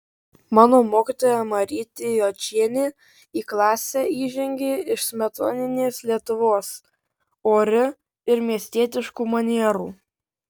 mano mokytoja marytė jočienė į klasę įžengė iš smetoninės lietuvos ori ir miestietiškų manierų